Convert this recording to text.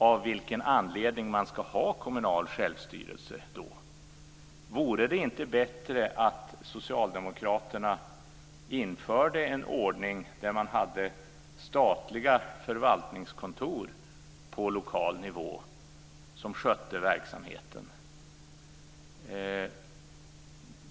Av vilken anledning ska man då ha kommunal självstyrelse? Vore det inte bättre att socialdemokraterna införde en ordning med statliga förvaltningskontor på lokal nivå som skötte verksamheten?